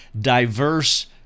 diverse